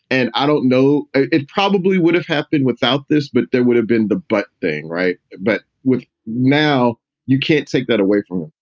and i don't know, it probably would have happened without this, but there would have been the butt thing. right. but now you can't take that away from them.